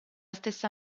stessa